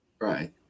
right